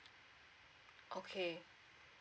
okay